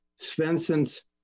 Svensson's